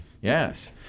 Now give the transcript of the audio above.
Yes